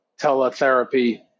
teletherapy